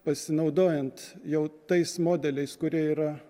pasinaudojant jau tais modeliais kurie yra